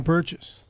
Purchase